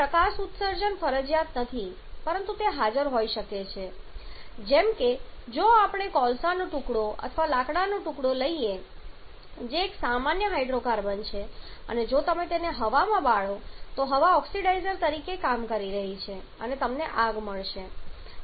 હવે પ્રકાશ ઉત્સર્જન ફરજિયાત નથી પરંતુ તે હાજર હોઈ શકે છે જેમ કે જો આપણે કોલસાનો ટુકડો અથવા લાકડાનો ટુકડો લઈએ જે એક સામાન્ય હાઈડ્રોકાર્બન છે અને જો તમે તેને હવામાં બાળો તો હવા ઓક્સિડાઈઝર તરીકે કામ કરી રહી છે અને તમને આગ મળશે